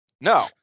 no